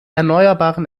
erneuerbaren